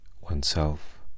oneself